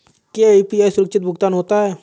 क्या यू.पी.आई सुरक्षित भुगतान होता है?